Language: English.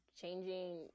changing